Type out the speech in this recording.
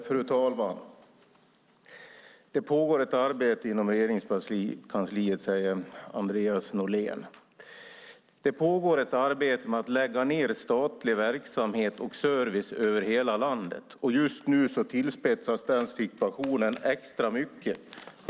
Fru talman! Det pågår ett arbete inom Regeringskansliet, säger Andreas Norlén. Det pågår ett arbete med att lägga ned statlig verksamhet och service över hela landet. Just nu tillspetsas den situationen extra mycket.